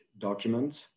document